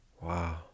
wow